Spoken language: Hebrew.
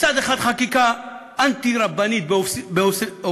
מצד אחד, חקיקה אנטי-רבנית באובססיביות,